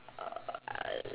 uh